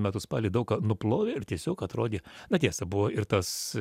metų spalį daug ką nuplovė ir tiesiog atrodė na tiesa buvo ir tas